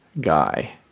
guy